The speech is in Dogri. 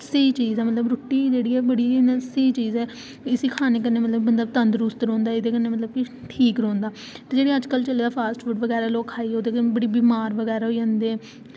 स्हेई चीज़ ऐ ओह् रुट्टी मतलब बड़ी स्हेई चीज़ ऐ इसी खाने कन्नै बंदा मतलब तंदरुस्त रौहंदा एह्दे कन्नै ठीक रौहंदा ते जेह्का अज्जकल चला दा फॉ़स्ट फूड खाइयै ते लोग बीमार बड़ा होई जंदे